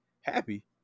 happy